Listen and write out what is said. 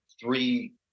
three